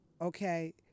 okay